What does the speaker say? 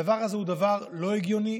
הדבר הזה הוא דבר לא הגיוני,